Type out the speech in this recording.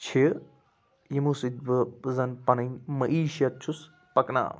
چھِ یِمو سۭتۍ بہٕ زَن پَنٕنۍ معیٖشت چھُس پَکناوان